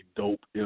dope